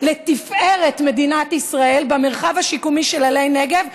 לתפארת מדינת ישראל, במרחב השיקומי של עלי נגב.